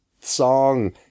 song